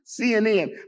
CNN